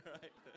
right